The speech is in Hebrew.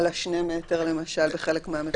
על שני מטרים למשל בחלק מהמקומות.